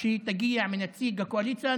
כשהיא תגיע מנציג הקואליציה,